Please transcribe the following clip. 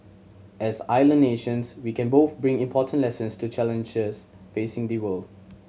as island nations we can both bring important lessons to challenges facing the world